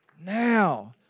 Now